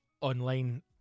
online